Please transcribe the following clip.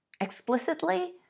explicitly